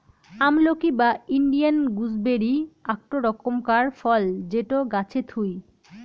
আমলকি বা Indian gooseberry আকটো রকমকার ফল যেটো গাছে থুই